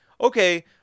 okay